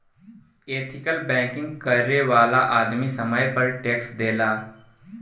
ethical banking करे वाला आदमी समय पर टैक्स देला